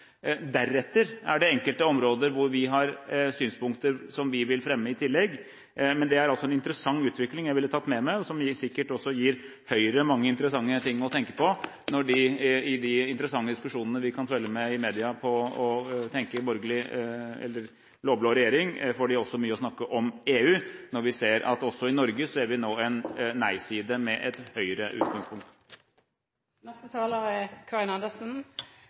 Deretter er det enkelte områder hvor vi har synspunkter som vi vil fremme i tillegg. Men det er en interessant utvikling jeg ville tatt med meg, og som sikkert også gir Høyre mange interessante ting å tenke på i de interessante diskusjonene vi kan følge med på i media. Med tanke på en borgerlig eller blå-blå regjering får de også mye å snakke om når det gjelder EU. Vi ser at også i Norge ser vi nå en nei-side med et høyreutgangspunkt. Det er